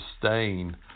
sustain